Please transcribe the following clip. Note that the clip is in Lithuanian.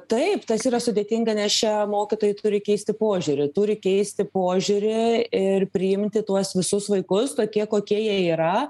taip tas yra sudėtinga nes čia mokytojai turi keisti požiūrį turi keisti požiūrį ir priimti tuos visus vaikus tokie kokie jie yra